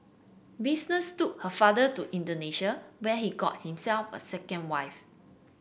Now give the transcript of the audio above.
business took her father to Indonesia where he got himself a second wife